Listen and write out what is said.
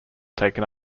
taken